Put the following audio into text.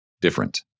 different